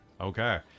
Okay